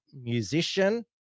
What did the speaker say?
musician